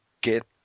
get